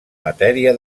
matèria